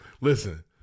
listen